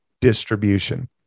distribution